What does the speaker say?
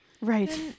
Right